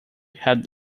had